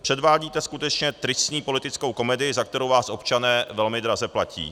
Předvádíte skutečně tristní politickou komedii, za kterou vás občané velmi draze platí.